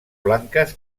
blanques